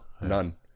none